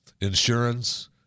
insurance